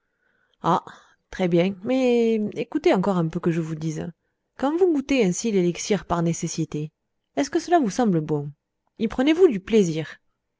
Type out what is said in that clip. ah très bien mais écoutez encore un peu que je vous dise quand vous goûtez ainsi l'élixir par nécessité est-ce que cela vous semble bon y prenez-vous du plaisir